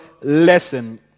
lesson